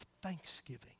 Thanksgiving